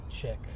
Check